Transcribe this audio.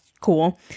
cool